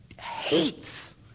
hates